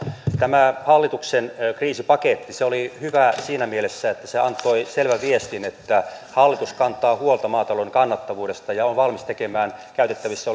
tämä hallituksen kriisipaketti oli hyvä siinä mielessä että se antoi selvän viestin että hallitus kantaa huolta maatalouden kannattavuudesta ja on valmis tekemään käytettävissä